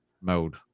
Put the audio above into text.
mode